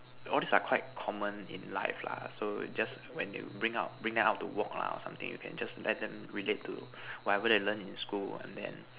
all these are quite common in life lah so just when you bring out bring them out to walk lah or something you can just let them relate to whatever they learn in school and then